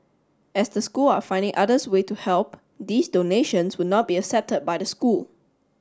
as the school are finding others way to help these donations would not be accepted by the school